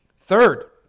Third